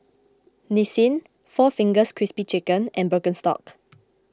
Nissin four Fingers Crispy Chicken and Birkenstock